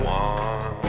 one